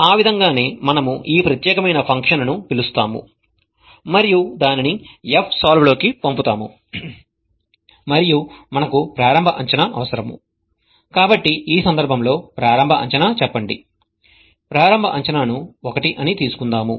ఆ విధంగానే మనము ఈ ప్రత్యేకమైన ఫంక్షన్ను పిలుస్తాము మరియు దానిని fsolve లోకి పంపుతాము మరియు మనకు ప్రారంభ అంచనా అవసరం కాబట్టి ఈ సందర్భంలో ప్రారంభ అంచనా చెప్పండి ప్రారంభ అంచనాను 1 అని తీసుకుందాం